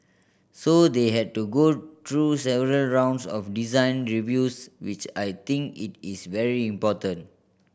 so they had to go through several rounds of design reviews which I think it is very important